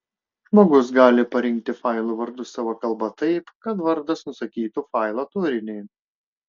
žmogus gali parinkti failų vardus savo kalba taip kad vardas nusakytų failo turinį